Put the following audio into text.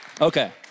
Okay